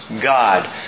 God